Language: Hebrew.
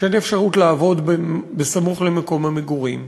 כשאין אפשרות לעבוד בסמוך למקום המגורים,